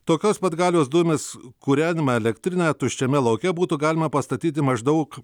tokios pat galios dujomis kūrenamą elektrinę tuščiame lauke būtų galima pastatyti maždaug